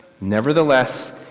Nevertheless